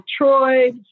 Detroit